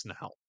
now